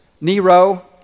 Nero